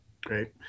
Great